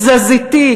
תזזיתי,